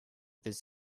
this